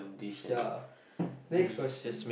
ya next question